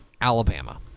Alabama